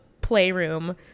playroom